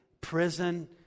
prison